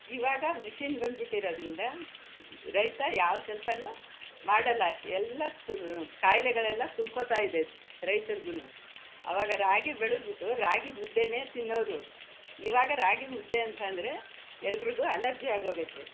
ಇವಾಗ ಮಿಷಿನ್ ಬಂದ್ಬಿಟ್ಟಿರೋದ್ರಿಂದ ರೈತ ಯಾವ ಕೆಲಸನೂ ಮಾಡೋಲ್ಲ ಎಲ್ಲ ಸ್ ಕಾಯಿಲೆಗಳೆಲ್ಲ ತುಂಬ್ಕೊಳ್ತಾಯಿದೆ ರೈತರಿಗೂನು ಅವಾಗ ರಾಗಿ ಬೆಳೆದ್ಬಿಟ್ಟು ರಾಗಿ ಮುದ್ದೆಯೇ ತಿನ್ನೋರು ಇವಾಗ ರಾಗಿ ಮುದ್ದೆ ಅಂತ ಅಂದ್ರೆ ಎಲ್ರಿಗೂ ಅಲರ್ಜಿ ಆಗೋಗೈತೆ